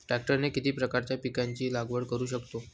ट्रॅक्टरने किती प्रकारच्या पिकाची लागवड करु शकतो?